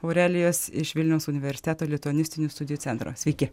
aurelijos iš vilniaus universiteto lituanistinių studijų centro sveiki